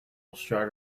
strata